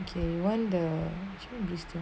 okay you want the